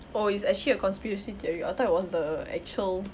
oh it's actually a conspiracy theory I thought it was the actual